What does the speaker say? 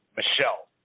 Michelle